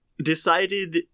decided